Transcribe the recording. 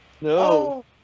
No